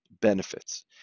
benefits